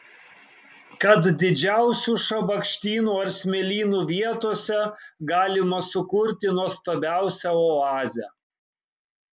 kad didžiausių šabakštynų ar smėlynų vietose galima sukurti nuostabiausią oazę